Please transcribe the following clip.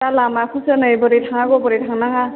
दा लामाखौसो नै बोरै थांनांगौ बोरै थांनाङा